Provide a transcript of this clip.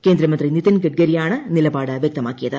കേന്ദ്രമന്ത്രി നിതീൻ ഗഡ്കരിയാണ് നിലപാട് വ്യക്തമാക്കിയത്